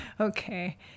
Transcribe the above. okay